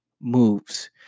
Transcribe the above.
moves